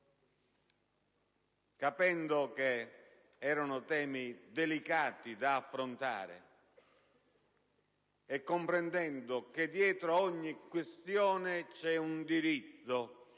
capendo che erano temi delicati da affrontare e comprendendo che dietro ogni questione c'è un diritto